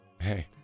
Hey